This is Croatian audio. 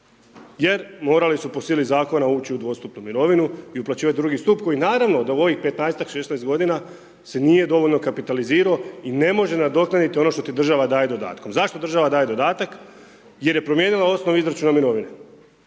jer morali su po sili zakona ući u dvostupnu mirovinu i uplaćivati drugi stup koji naravno da u ovih 15-ak, 16 g. se nije dovoljno kapitalizirao i ne može nadoknaditi ono što ti država daje dodatkom. Zašto država daje dodatak? Jer je promijenila osnovu izračuna mirovine.